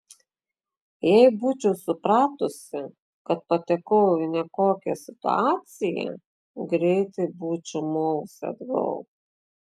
jei būčiau supratusi kad patekau į nekokią situaciją greitai būčiau movusi atgal